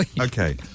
Okay